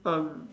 um